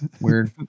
Weird